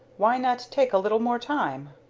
why not take a little more time?